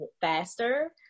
faster